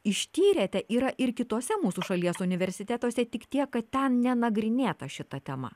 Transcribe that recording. ištyrėte yra ir kituose mūsų šalies universitetuose tik tiek kad ten nenagrinėta šita tema